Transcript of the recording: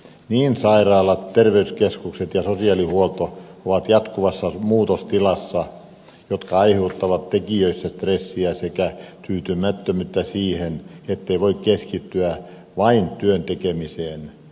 niin sairaalat terveyskeskukset kuin sosiaalihuolto ovat jatkuvassa muutostilassa mikä aiheuttaa tekijöissä stressiä sekä tyytymättömyyttä siihen ettei voi keskittyä vain työn tekemiseen